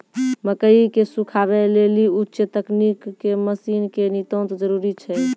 मकई के सुखावे लेली उच्च तकनीक के मसीन के नितांत जरूरी छैय?